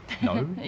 no